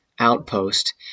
outpost